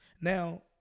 Now